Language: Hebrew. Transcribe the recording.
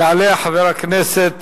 יעלה חבר הכנסת